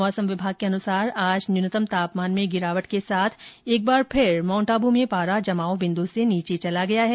मौसम विभाग के अनुसार आज न्यूनतम तापमान में गिरावट के साथ एक बार फिर माउंट आबू में पारा जमाव बिन्दू से नीचे चला गया है